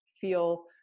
feel